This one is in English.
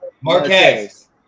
Marquez